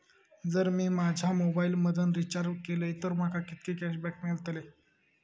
जर मी माझ्या मोबाईल मधन रिचार्ज केलय तर माका कितके कॅशबॅक मेळतले?